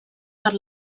per